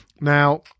Now